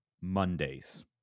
Mondays